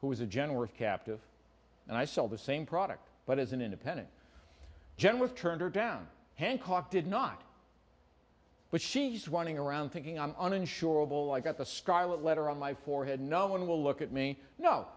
who was a generous captive and i sold the same product but as an independent general turned her down hancock did not but she's wanting around thinking i'm uninsurable i've got the scarlet letter on my forehead no one will look at me no